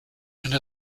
and